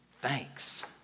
thanks